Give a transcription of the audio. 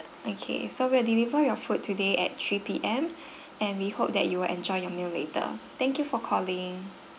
okay so we'll deliver your food today at three P_M and we hope that you will enjoy your meal later thank you for calling